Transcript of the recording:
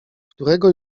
którego